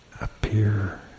appear